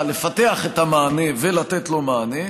לפתח את המענה ולתת את המענה,